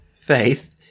faith